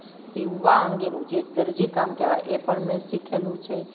સીવવા અંગેનું જે દરજીકામ કહેવાય એ પણ મેં શીખેલું છે